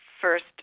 first